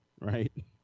right